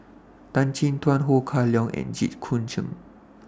Tan Chin Tuan Ho Kah Leong and Jit Koon Ch'ng